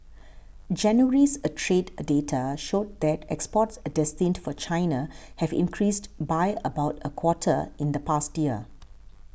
January's trade data showed that exports destined for China have decreased by about a quarter in the past year